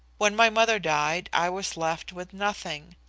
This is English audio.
when my mother died i was left with nothing.